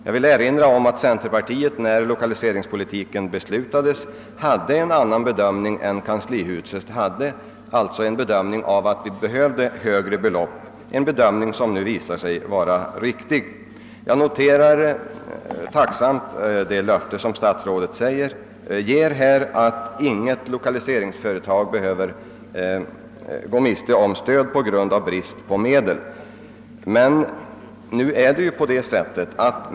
Jag vill erinra om att centerpartiet när 1okaliseringspolitiken beslutades till skillnad från kanslihuset ansåg att det behövdes ett högre belopp — en bedömning som nu visar sig vara riktig. Jag noterar tacksamt det löfte som statsrådet ger om att intet lokaliseringsföretag behöver gå miste om stöd på grund av brist på medel.